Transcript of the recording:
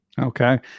Okay